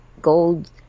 gold